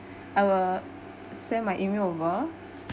I will send my email over